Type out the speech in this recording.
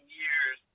years